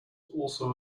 also